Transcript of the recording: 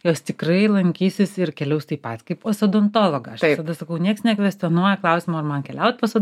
jos tikrai lankysis ir keliaus taip pat kaip pas odontologą aš visada sakau nieks nekvestionuoja klausimo ar man keliauti pas